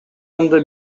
анда